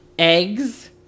Eggs